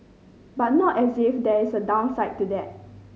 but not as if there is a downside to that